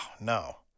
no